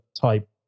type